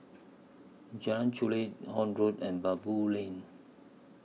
Jalan Chulek Horne Road and Baboo Lane